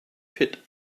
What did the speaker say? pit